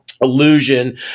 illusion